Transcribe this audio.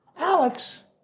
Alex